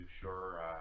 sure